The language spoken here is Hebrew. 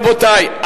רבותי,